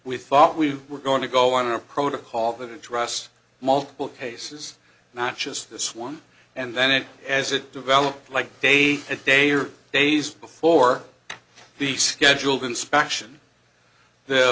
we thought we were going to go on a protocol that addressed multiple cases not just this one and then it as it developed like day a day or days before the scheduled inspection the